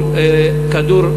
כדור,